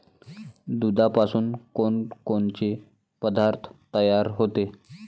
दुधापासून कोनकोनचे पदार्थ तयार होते?